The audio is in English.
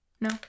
No